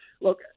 look